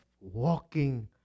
walking